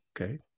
Okay